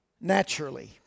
naturally